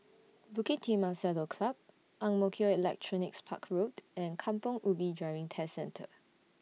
Bukit Timah Saddle Club Ang Mo Kio Electronics Park Road and Kampong Ubi Driving Test Centre